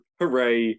hooray